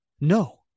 no